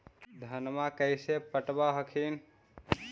धन्मा कैसे पटब हखिन?